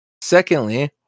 Secondly